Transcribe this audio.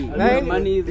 money